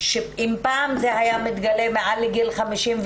אם פעם זה היה מתגלה מעל גיל 50,